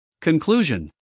Conclusion